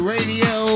Radio